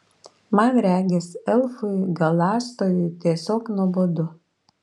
man regis elfui galąstojui tiesiog nuobodu